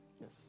Yes